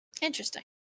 Interesting